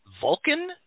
Vulcan